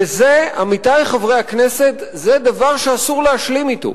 וזה, עמיתי חברי הכנסת, דבר שאסור להשלים אתו.